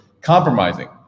compromising